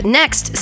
next